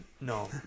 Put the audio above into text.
no